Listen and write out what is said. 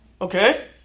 okay